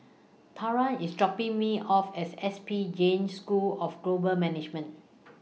Tarah IS dropping Me off as S P Jain School of Global Management